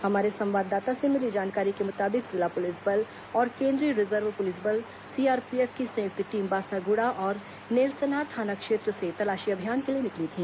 हमारे संवाददाता से मिली जानकारी के मुताबिक जिला पुलिस बल और केन्द्रीय रिजर्व पुलिस बल सीआरपीएफ की संयुक्त टीम बासागुड़ा और नेलासनार थाना क्षेत्र से तलाशी अभियान के लिए निकली थी